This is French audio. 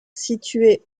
situé